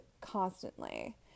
constantly